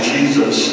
Jesus